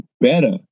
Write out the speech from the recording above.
better